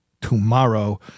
tomorrow